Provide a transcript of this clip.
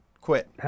Quit